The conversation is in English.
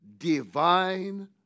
divine